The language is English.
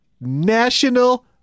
National